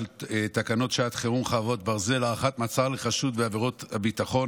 תקנות שעת (חרבות ברזל) (הארכת מעצר לחשוד בעבירת ביטחון),